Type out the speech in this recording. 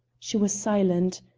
she was silent.